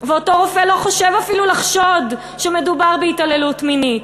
ואותו רופא לא חושב אפילו לחשוד שמדובר בהתעללות מינית.